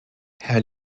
herr